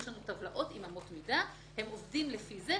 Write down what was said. יש לנו טבלאות עם אמות מידה שעובדים לפיהן.